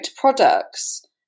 products